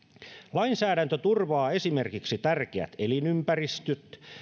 lainsäädäntö turvaa esimerkiksi tärkeät elinympäristöt